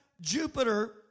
Jupiter